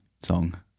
song